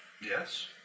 Yes